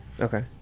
Okay